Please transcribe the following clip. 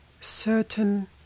certain